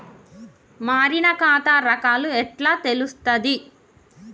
మారిన ఖాతా రకాలు ఎట్లా తెలుత్తది?